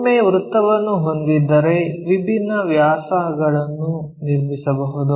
ಒಮ್ಮೆ ವೃತ್ತವನ್ನು ಹೊಂದಿದ್ದರೆ ವಿಭಿನ್ನ ವ್ಯಾಸಗಳನ್ನು ನಿರ್ಮಿಸಬಹುದು